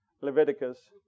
Leviticus